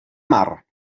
mar